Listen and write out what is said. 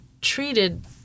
treated